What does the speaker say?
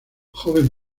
joven